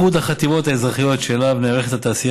איחוד החטיבות האזרחיות שאליו נערכת התעשייה